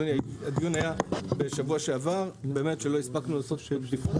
הדיון היה רק בשבוע שעבר ולא הספקנו לבדוק.